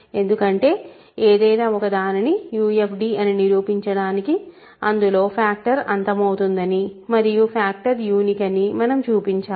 ఎందుకంటే ఏదైనా ఒక దానిని UFD అని నిరూపించడానికి అందులో ఫ్యాక్టర్ అంతమవుతుందని మరియు ఫ్యాక్టర్ యూనిక్ అని మనం చూపించాలి